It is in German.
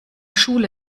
schule